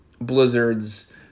Blizzard's